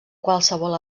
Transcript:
qualsevol